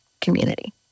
community